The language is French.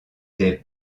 des